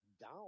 down